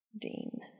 Dean